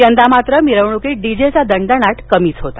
यंदा मात्र मिरवणूकीत डीजे चा दणदणाट कमीच होता